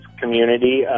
community